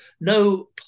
no